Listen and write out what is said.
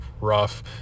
rough